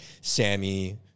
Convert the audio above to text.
Sammy